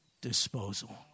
disposal